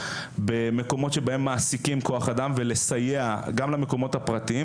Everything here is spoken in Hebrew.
במקומות שבהם מעסיקים כוח אדם ולסייע גם למקומות הפרטיים,